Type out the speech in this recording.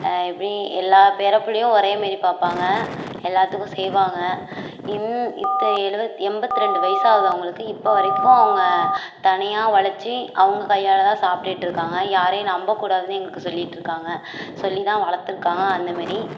இப்படி எல்லா பேரப்பிள்ளையும் ஒரேமாரி பார்ப்பாங்க எல்லாத்துக்கும் செய்வாங்க இந் இத்த எழுபத்து எண்பத்து ரெண்டு வயசாகுது அவங்களுக்கு இப்போவரைக்கும் அவங்க தனியாக உழச்சி அவங்க கையால்தான் சாப்பிட்டுட்டு இருக்காங்க யாரையும் நம்பக்கூடாதுனு எங்களுக்கு சொல்லிட்டு இருக்காங்க சொல்லித்தான் வளர்த்துருக்காங்க அந்தமாரி